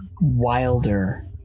wilder